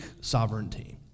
sovereignty